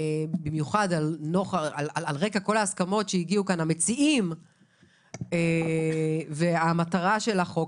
במיוחד על רקע כל ההסכמות שהגיעו אליהן המציעים ועל רקע המטרה של החוק,